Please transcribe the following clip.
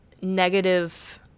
negative